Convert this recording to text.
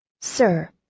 Sir